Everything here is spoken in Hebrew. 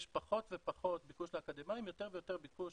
יש פחות ופחות ביקוש לאקדמאים ויותר ויותר ביקוש